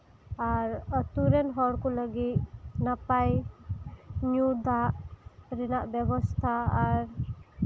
ᱟᱨ ᱟᱹᱛᱩ ᱨᱮᱱ ᱦᱚᱲ ᱠᱚ ᱞᱟᱹᱜᱤᱫ ᱱᱟᱯᱟᱭ ᱧᱩᱭ ᱫᱟᱜ ᱨᱮᱭᱟᱜ ᱵᱮᱵᱚᱥᱛᱷᱟ ᱟᱨ